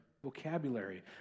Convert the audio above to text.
vocabulary